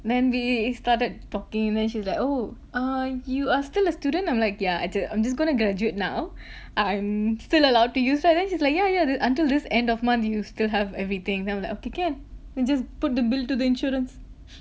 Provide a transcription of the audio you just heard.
then we started talking then she's like oh uh you are still a student I'm like yeah I I'm just going to graduate now I'm still allowed to use right then she's like yeah yeah di~ until this end of month you still have everything then I'm like okay can then just put the bill to the insurance